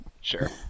Sure